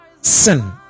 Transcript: sin